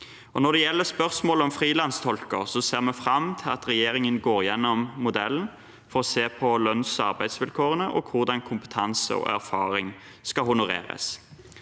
Når det gjelder spørsmålet om frilanstolker, ser vi fram til at regjeringen går gjennom modellen for å se på lønns- og arbeidsvilkårene og hvordan kompetanse og erfaring skal honoreres.